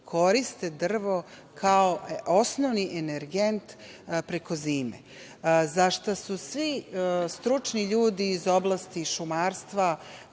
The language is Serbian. koriste drvo kao osnovni energent preko zime, za šta su svi stručni ljudi iz oblasti šumarstva